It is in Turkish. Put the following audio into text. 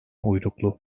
uyruklu